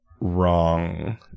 wrong